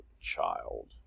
child